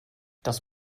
das